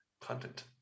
content